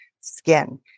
skin